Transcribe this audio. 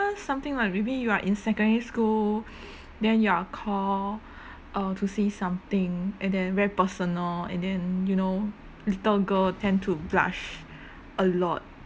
something like maybe you are in secondary school then you're call uh to say something and then very personal and then you know little girl tend to blush a lot